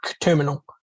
terminal